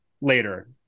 later